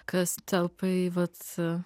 kas telpa į vat